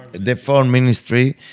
the foreign ministry,